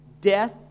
Death